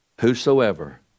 Whosoever